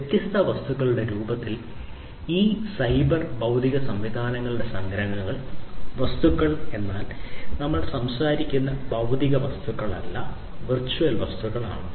വ്യത്യസ്ത വസ്തുക്കളുടെ രൂപത്തിൽ ഈ സൈബർ ഭൌതിക സംവിധാനങ്ങളുടെ സംഗ്രഹങ്ങൾ വസ്തുക്കൾ എന്നാൽ നമ്മൾ സംസാരിക്കുന്നത് ഭൌതിക വസ്തുക്കളെയല്ല വെർച്വൽ വസ്തുക്കളെക്കുറിച്ചാണ്